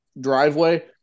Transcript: driveway